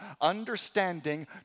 Understanding